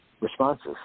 responses